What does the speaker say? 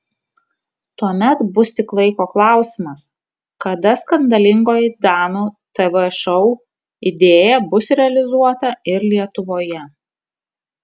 tuomet bus tik laiko klausimas kada skandalingoji danų tv šou idėja bus realizuota ir lietuvoje